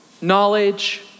knowledge